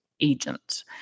agent